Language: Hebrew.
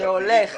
שהולך